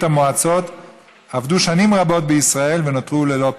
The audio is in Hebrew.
המועצות עבדו שנים רבות בישראל ונותרו ללא פנסיה,